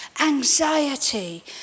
anxiety